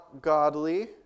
godly